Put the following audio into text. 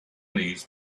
these